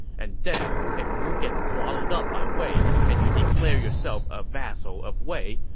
and then, if wu gets swallowed up by wei and you declare yourself a vassal of wei,